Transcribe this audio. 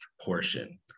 portion